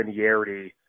linearity